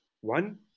One